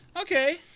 Okay